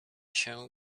się